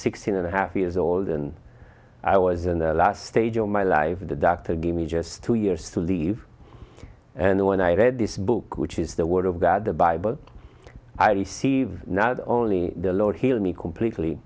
sixteen and a half years old and i was in the last stage of my life the doctor gave me just two years to leave and when i read this book which is the word of god the bible i receive not only the lord heal me completely